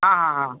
हाँ हाँ हाँ